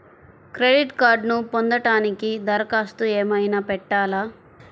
Credit కార్డ్ను పొందటానికి దరఖాస్తు ఏమయినా పెట్టాలా?